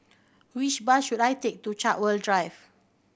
which bus should I take to Chartwell Drive